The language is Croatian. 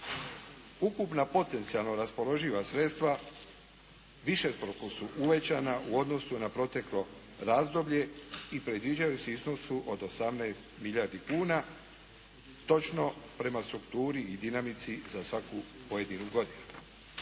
Ukupna potencijalno raspoloživa sredstva višestruko su uvećana u odnosu na proteklo razdoblje i predviđaju se u iznosu od 18 milijardi kuna točno prema strukturi i dinamici za svaku pojedinu godinu.